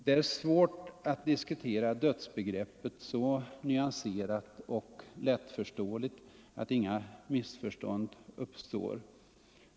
Det är svårt att diskutera dödsbegreppet så nyanserat och lättförståeligt att inga missförstånd uppstår.